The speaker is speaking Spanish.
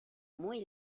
muy